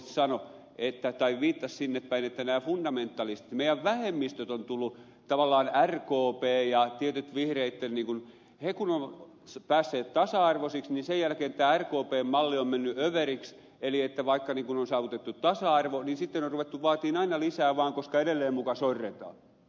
zyskowicz sanoi tai viittasi sinnepäin että nämä fundamentalistit meidän vähemmistömme ovat tulleet tavallaan rkp ja tietyt vihreät siihen että kun he ovat päässeet tasa arvoisiksi niin sen jälkeen tämä rkpn malli on mennyt överiksi eli vaikka on saavutettu tasa arvo niin sitten on ruvettu vaatimaan aina lisää vaan koska edelleen muka sorretaan